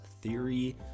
theory